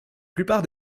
plupart